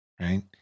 right